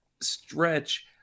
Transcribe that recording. stretch